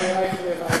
אוי אייכלר,